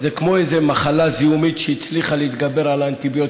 כמו איזו מחלה זיהומית שהצליחה להתגבר על האנטיביוטיקה,